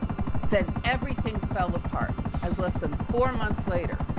then, everything fell apart, as less than four months later.